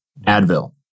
Advil